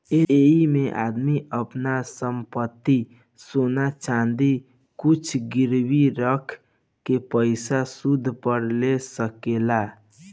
ऐइमे आदमी आपन संपत्ति, सोना चाँदी कुछु गिरवी रख के पइसा सूद पर ले सकेला